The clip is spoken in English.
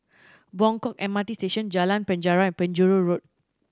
Buangkok M R T Station Jalan Penjara Penjuru Road